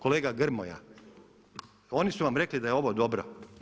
Kolega Grmoja oni su vam rekli da je ovo dobro?